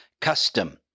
custom